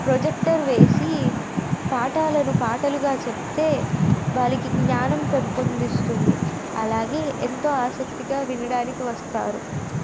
projector వేసి పాఠాలని పాటలుగా చెబితే వాళ్ళకి జ్ఞానం పెంపొందిస్తుంది అలాగే ఎంతో ఆసక్తిగా వినడానికి వస్తారు